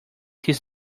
his